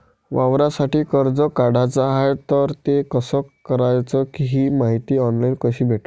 वावरासाठी कर्ज काढाचं हाय तर ते कस कराच ही मायती ऑनलाईन कसी भेटन?